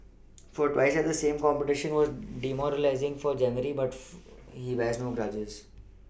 fail twice at the same competition were demoralising for Jeremy but he bears no grudges